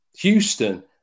Houston